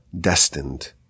destined